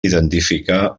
identificar